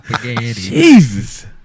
Jesus